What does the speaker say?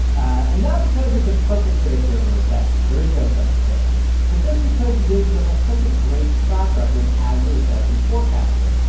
and not because because it's a perfect predictor of a recession there is no such thing but just because the yield curve has such a great track record as a recession forecaster,